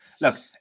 Look